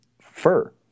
fur